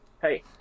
hey